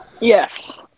Yes